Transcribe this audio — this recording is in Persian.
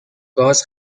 گاز